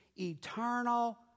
eternal